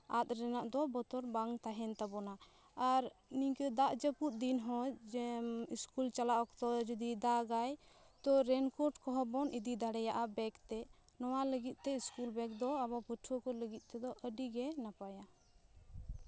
ᱟᱫ ᱨᱮᱱᱟᱜ ᱫᱚ ᱵᱚᱛᱚᱨ ᱵᱟᱝ ᱛᱟᱦᱮᱱ ᱛᱟᱵᱚᱱᱟ ᱟᱨ ᱱᱤᱝᱠᱟᱹ ᱫᱟᱜ ᱡᱟᱹᱯᱩᱫ ᱫᱤᱱ ᱦᱚᱸ ᱡᱮ ᱤᱥᱠᱩᱞ ᱪᱟᱞᱟᱜ ᱚᱠᱛᱚ ᱡᱚᱫᱤ ᱫᱟᱜ ᱟᱭ ᱛᱚ ᱨᱮᱱᱠᱳᱴ ᱠᱚᱦᱚᱸ ᱵᱚᱱ ᱤᱫᱤ ᱫᱟᱲᱮᱭᱟᱜᱼᱟ ᱵᱮᱜᱽᱛᱮ ᱱᱚᱣᱟ ᱞᱟᱹᱜᱤᱫᱛᱮ ᱤᱥᱠᱩᱞ ᱵᱮᱜᱽ ᱫᱚ ᱟᱵᱚ ᱯᱟᱹᱴᱷᱩᱣᱟᱹ ᱠᱚ ᱞᱟᱹᱜᱤᱫ ᱛᱮᱫᱚ ᱟᱹᱰᱤᱜᱮ ᱱᱟᱯᱟᱭᱟ